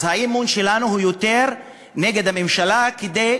אז האי-אמון שלנו הוא יותר נגד הממשלה, כדי,